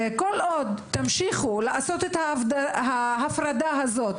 כל עוד תמשיכו לעשות את ההפרדה הזאת,